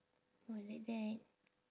why like that